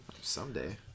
Someday